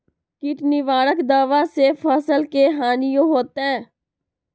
किट निवारक दावा से फसल के हानियों होतै?